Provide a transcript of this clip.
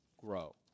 grow